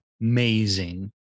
Amazing